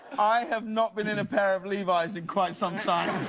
i have not been in a pair of levis in quite some time.